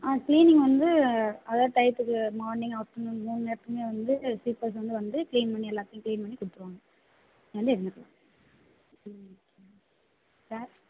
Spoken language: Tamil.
ஆ க்ளீனிங் வந்து அதாவது டைத்துக்கு மார்னிங் ஆஃப்டர் நூன் மூணு நேரத்துக்குமே வந்து கீப்பர்ஸ் வந்து வந்து க்ளீன் பண்ணி எல்லாத்தையும் க்ளீன் பண்ணி கொடுத்துருவாங்க வந்து என்ன வேறு